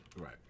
right